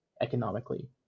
economically